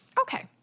Okay